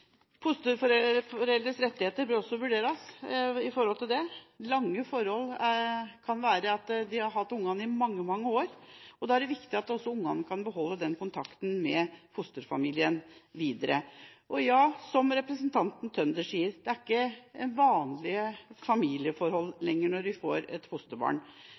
arbeidet. Fosterforeldres rettigheter bør også vurderes med hensyn til dette. Lange forhold kan bety at de har hatt ungene i mange, mange år. Det er viktig at også ungene kan beholde kontakten med fosterfamilien videre. Som representanten Tønder sier, er det ikke lenger vanlige familieforhold når man får et fosterbarn.